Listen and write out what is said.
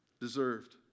deserved